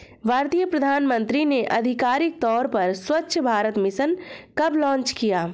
भारतीय प्रधानमंत्री ने आधिकारिक तौर पर स्वच्छ भारत मिशन कब लॉन्च किया?